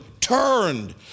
turned